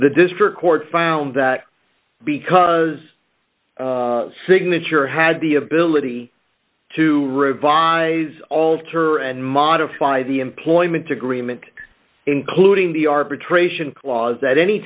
the district court found that because signature had the ability to revise alter and modify the employment agreement including the arbitration clause at any